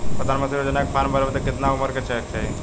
प्रधानमंत्री योजना के फॉर्म भरे बदे कितना उमर रहे के चाही?